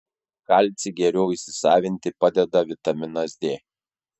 kalcį geriau įsisavinti padeda vitaminas d